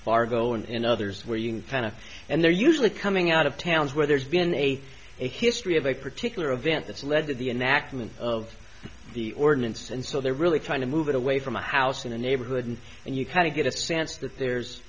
fargo and others where you can kind of and they're usually coming out of towns where there's been a history of a particular event that's led to the enactment of the ordinance and so they're really trying to move it away from a house in a neighborhood and you kind of get a sense that there's